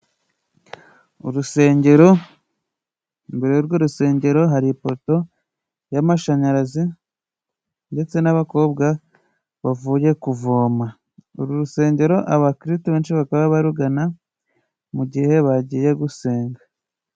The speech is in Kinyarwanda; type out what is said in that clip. Urusengero imbere y'urwo rusengero hari ipoto y'amashanyarazi, ndetse n'abakobwa bavuye kuvoma. Uru rusengero abakiritu benshi bakaba barugana, mu gihe bagiye gusenga.